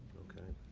ok.